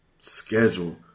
schedule